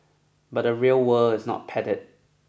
but the real world is not padded